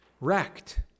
wrecked